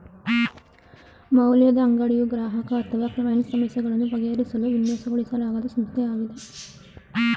ಮೌಲ್ಯದ ಅಂಗಡಿಯು ಗ್ರಾಹಕ ಅಥವಾ ಕ್ಲೈಂಟ್ ಸಮಸ್ಯೆಗಳನ್ನು ಬಗೆಹರಿಸಲು ವಿನ್ಯಾಸಗೊಳಿಸಲಾದ ಸಂಸ್ಥೆಯಾಗಿದೆ